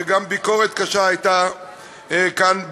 וגם ביקורת קשה הייתה כאן,